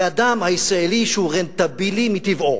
והאדם הישראלי, שהוא רנטבילי מטבעו,